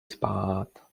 spát